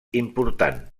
important